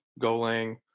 Golang